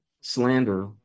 slander